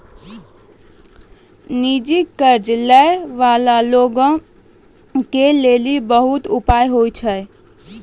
निजी कर्ज लै बाला लोगो के लेली बहुते उपाय होय छै